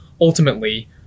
ultimately